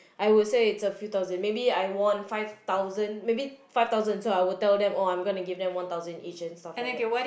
I would say its a few thousand maybe I won five thousand maybe five thousand so I would tell them oh I'm gonna give them one thousand each and stuff like that